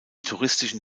touristischen